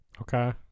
Okay